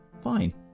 fine